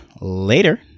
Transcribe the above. later